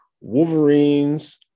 Wolverines